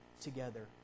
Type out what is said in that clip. together